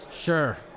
Sure